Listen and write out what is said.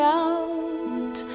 out